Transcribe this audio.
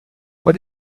what